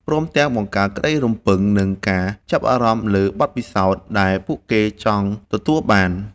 ព្រមទាំងបង្កើតក្តីរំពឹង និងការចាប់អារម្មណ៍លើបទពិសោធន៍ដែលពួកគេចង់ទទួលបាន។